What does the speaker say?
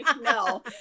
No